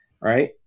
right